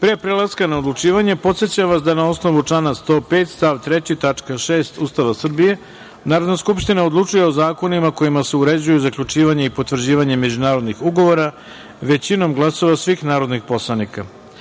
Pre prelaska na odlučivanje, podsećam vas da, na osnovu člana 105. stav 3. tačka 6) Ustava Srbije, Narodna skupština odlučuje o zakonima kojima se uređuje zaključivanje i potvrđivanje međunarodnih ugovora, većinom glasova svih narodnih poslanika. Stavljam